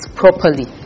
properly